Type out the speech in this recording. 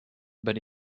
but